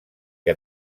que